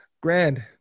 Grand